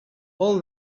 all